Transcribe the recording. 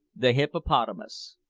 the hippopotamus.